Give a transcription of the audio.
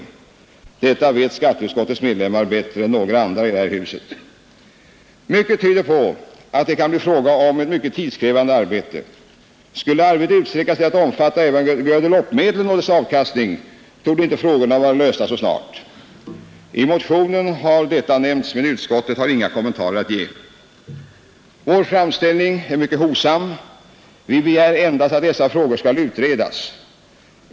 Detta vet skatteutskottets medlemmar bättre än några andra i det här huset. Mycket tyder på att det kan bli fråga om ett mycket tidskrävande arbete. Skulle arbetet utsträckas till att omfatta även Guadeloupemedlen och deras avkastning torde inte frågorna vara lösta så snart. I motionen har detta nämnts, men utskottet har ingen kommentar att ge. Vår framställning är mycket hovsam. Vi begär endast att dessa frågor skall utredas.